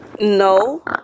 No